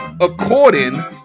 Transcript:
According